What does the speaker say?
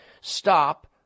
stop